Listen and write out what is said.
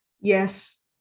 Yes